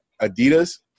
Adidas